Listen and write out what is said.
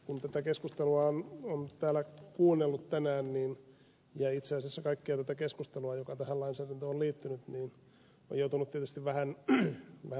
kun tätä keskustelua on täällä kuunnellut tänään ja itse asiassa kaikkea tätä keskustelua joka tähän lainsäädäntöön on liittynyt niin on joutunut tietysti vähän hämmennyksen valtaan